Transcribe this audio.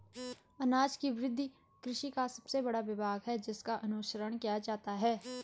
अनाज की वृद्धि कृषि का सबसे बड़ा विभाग है जिसका अनुसरण किया जाता है